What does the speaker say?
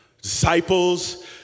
Disciples